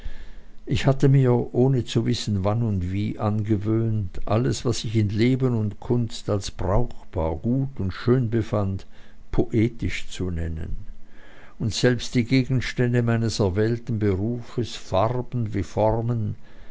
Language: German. ich hatte mir ohne zu wissen wann und wie angewöhnt alles was ich in leben und kunst als brauchbar gut und schön befand poetisch zu nennen und selbst die gegenstände meines erwählten berufes farben wie formen